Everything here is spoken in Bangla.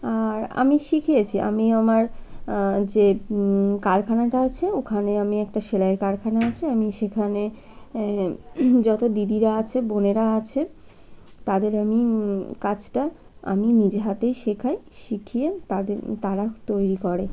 আর আমি শিখিয়েছি আমি আমার যে কারখানাটা আছে ওখানে আমি একটা সেলাই কারখানা আছে আমি সেখানে যত দিদিরা আছে বোনেরা আছে তাদের আমি কাজটা আমি নিজে হাতেই শেখাই শিখিয়ে তাদের তারা তৈরি করে